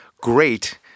great